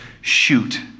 shoot